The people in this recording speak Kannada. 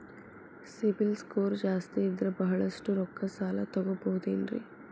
ಸಿಬಿಲ್ ಸ್ಕೋರ್ ಜಾಸ್ತಿ ಇದ್ರ ಬಹಳಷ್ಟು ರೊಕ್ಕ ಸಾಲ ತಗೋಬಹುದು ಏನ್ರಿ?